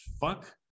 fuck